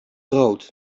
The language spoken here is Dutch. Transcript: rood